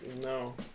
No